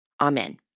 Amen